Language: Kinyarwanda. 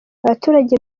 abaturage